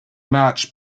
match